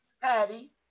Patty